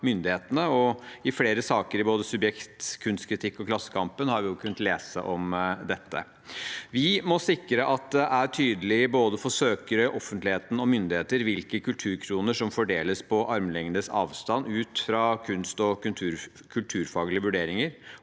myndighetene, og i flere saker i både Subjekt, Kunstkritikk og Klassekampen har vi kunnet lese om dette. Vi må sikre at det er tydelig, både for søkere, offentligheten og myndigheter, hvilke kulturkroner som fordeles på armlengdes avstand ut fra kunstog kulturfaglige vurderinger,